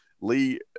lee